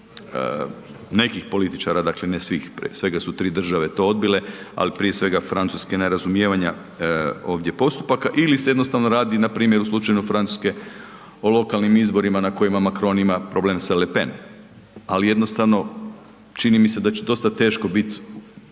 nekih političara dakle ne svih, svega su 3 države to odbile, ali prije svega Francuske, nerazumijevanja ovdje postupaka. Ili se jednostavno radi npr. u slučaju Francuske o lokalnim izborima na kojima Macron ima problem s Le Pen. Ali jednostavno čini mi se da će dosta teško biti